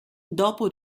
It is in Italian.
dopo